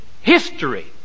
history